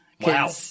Wow